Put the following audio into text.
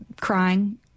crying